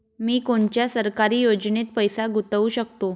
मी कोनच्या सरकारी योजनेत पैसा गुतवू शकतो?